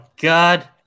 god